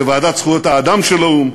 בוועדת זכויות האדם של האו"ם,